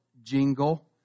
jingle